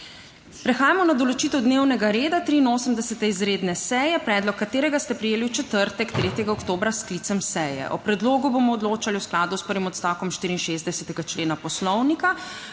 Prehajamo na določitev dnevnega reda 83. izredne seje, predlog katerega ste prejeli v četrtek, 3. oktobra 2024, s sklicem seje. O predlogu bomo odločali v skladu s prvim odstavkom 64. člena Poslovnika.